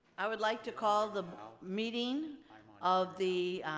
i would like to call the meeting of the